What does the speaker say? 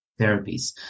therapies